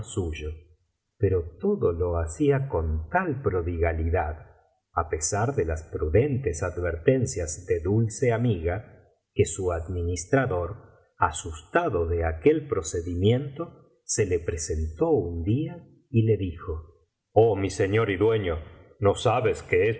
pero todo lo haeíft contal prodigalidad á pesar de las prudentes advertencias de dulce amiga que su administrador asustado de aquel procedimiento se le presentó un día y le dijo biblioteca valenciana generalitat valenciana las mil noches t una noche oh mi señor y dueño no sabes que